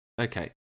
okay